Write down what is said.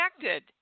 connected